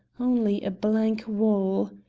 only a blank wall!